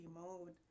mode